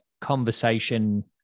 conversation